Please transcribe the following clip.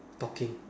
talking